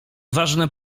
ważne